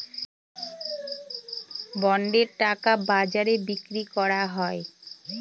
বন্ডের টাকা বাজারে বিক্রি করা হয়